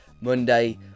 monday